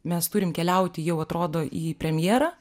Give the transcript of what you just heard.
mes turim keliauti jau atrodo į premjerą